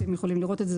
אתם יכולים לראות את זה.